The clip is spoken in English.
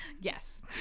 Yes